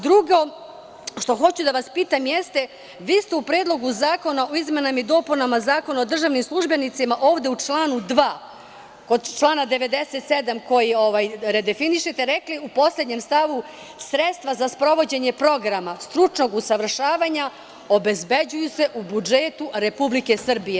Drugo što hoću da vas pitam jeste, vi ste u Predlogu zakona o izmenama i dopunama Zakona o državnim službenicima ovde u članu 2. kod člana 97. koji redefinišete rekli u poslednjem stavu –sredstva za sprovođenje programa stručnog usavršavanja obezbeđuju se u budžetu Republike Srbije.